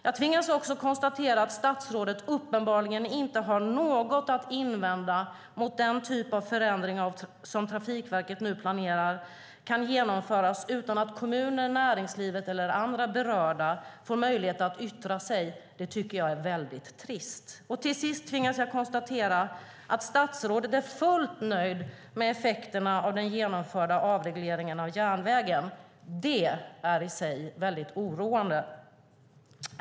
Jag tvingas också konstatera att statsrådet uppenbarligen inte har något att invända mot att den typ av förändring som Trafikverket planerar kan genomföras utan att kommunerna, näringslivet eller andra berörda får möjlighet att yttra sig. Det tycker jag är trist. Till sist tvingas jag konstatera att statsrådet är fullt nöjd med effekterna av den genomförda avregleringen av järnvägen. Det är i sig mycket oroande.